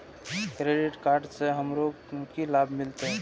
Credit card से हमरो की लाभ मिलते?